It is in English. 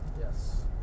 Yes